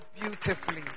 beautifully